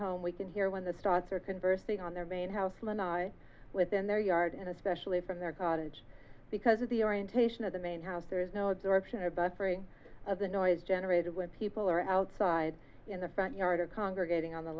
home we can hear when the stars are conversing on their main house lanai within their yard and especially from their cottage because of the orientation of the main house there's no direction or buffering of the noise generated when people or outside in the front yard or congregating on the